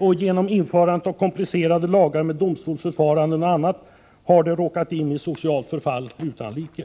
och genom införandet av komplicerade lagar med domstolsförfaranden och annat har de råkat in i ett socialt förfall utan like.